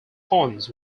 ponds